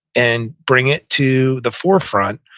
and bring it to the forefront,